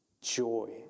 joy